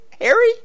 Harry